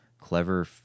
clever